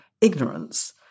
ignorance